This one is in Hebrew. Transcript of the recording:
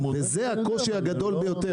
וזה הקושי הגדול ביותר.